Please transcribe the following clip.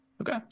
okay